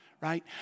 right